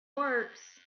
works